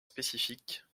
spécifiques